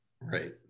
Right